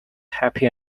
happy